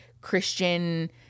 Christian